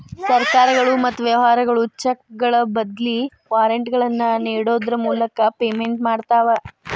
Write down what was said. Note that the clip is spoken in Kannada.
ಸರ್ಕಾರಗಳು ಮತ್ತ ವ್ಯವಹಾರಗಳು ಚೆಕ್ಗಳ ಬದ್ಲಿ ವಾರೆಂಟ್ಗಳನ್ನ ನೇಡೋದ್ರ ಮೂಲಕ ಪೇಮೆಂಟ್ ಮಾಡ್ತವಾ